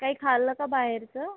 काही खाल्लं का बाहेरचं